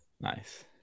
Nice